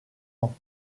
ans